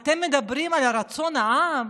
אתם מדברים על רצון העם,